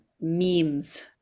memes